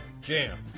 Jam